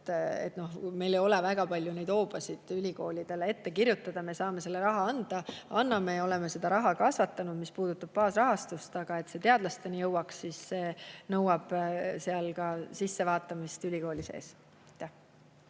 Meil ei ole väga palju hoobasid ülikoolidele ettekirjutamiseks, me saame selle raha anda, anname ja oleme seda raha kasvatanud, mis puudutab baasrahastust. Aga et see teadlasteni jõuaks, see nõuab seal ka sissevaatamist ülikooli sees.